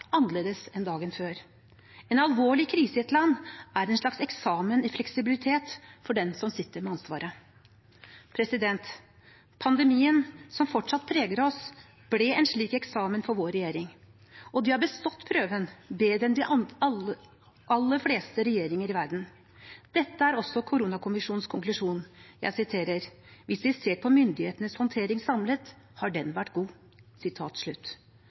annerledes enn dagen før. En alvorlig krise i et land er en slags eksamen i fleksibilitet for den sitter med ansvaret. Pandemien som fortsatt preger oss, ble en slik eksamen for vår regjering. Og de har bestått prøven, bedre enn de aller fleste regjeringer i verden. Dette er også koronakommisjonens konklusjon: Hvis vi ser på myndighetenes håndtering samlet, har den vært god.